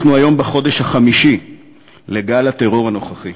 אנחנו היום בחודש החמישי לגל הטרור הנוכחי.